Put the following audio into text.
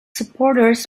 supporters